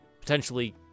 potentially